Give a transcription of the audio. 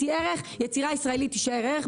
היא ערך אז יצירה ישראלית תישאר ערך.